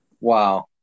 Wow